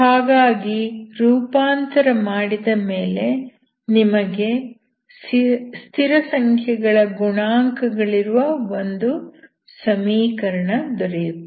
ಹಾಗಾಗಿ ರೂಪಾಂತರ ಮಾಡಿದ ಮೇಲೆ ನಿಮಗೆ ಸ್ಥಿರಸಂಖ್ಯೆಗಳ ಗುಣಾಂಕಗಳಿರುವ ಒಂದು ಸಮೀಕರಣ ದೊರೆಯುತ್ತದೆ